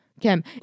Kim